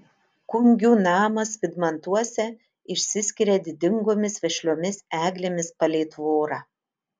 kungių namas vydmantuose išsiskiria didingomis vešliomis eglėmis palei tvorą